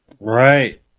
Right